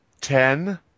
ten